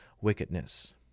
wickedness